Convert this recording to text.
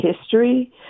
history